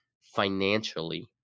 financially